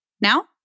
Now